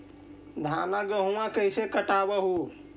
धाना, गेहुमा कैसे कटबा हू?